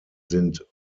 sind